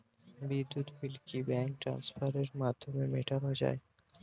বিদ্যুৎ বিল কি ব্যাঙ্ক ট্রান্সফারের মাধ্যমে মেটানো য়ায়?